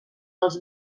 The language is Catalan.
els